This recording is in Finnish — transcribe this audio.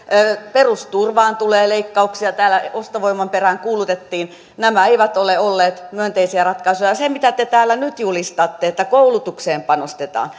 perusturvaan tulee leikkauksia täällä ostovoiman perään kuulutettiin nämä eivät ole olleet myönteisiä ratkaisuja ja siitä kun te täällä nyt julistatte että koulutukseen panostetaan